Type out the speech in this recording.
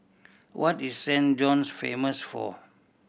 what is Saint John's famous for